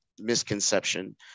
misconception